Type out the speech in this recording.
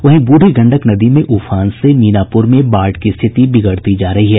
वहीं बूढ़ी गंडक नदी में उफान से मीनापुर में बाढ़ की स्थिति बिगड़ती जा रही है